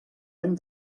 hem